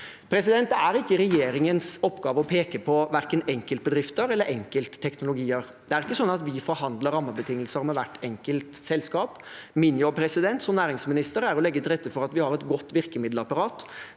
Mo i Rana. Det er ikke regjeringens oppgave å peke på verken enkeltbedrifter eller enkeltteknologier. Det er ikke slik at vi forhandler rammebetingelser med hvert enkelt selskap. Min jobb som næringsminister er å legge til rette for at vi har et godt virkemiddelapparat